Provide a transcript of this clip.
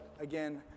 again